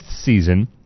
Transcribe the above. season